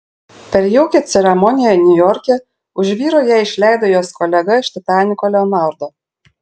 per jaukią ceremoniją niujorke už vyro ją išleido jos kolega iš titaniko leonardo